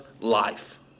life